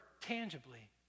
tangibly